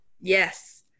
Yes